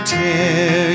tear